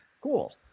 Cool